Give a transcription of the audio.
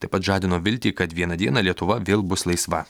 taip pat žadino viltį kad vieną dieną lietuva vėl bus laisva